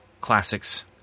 Classics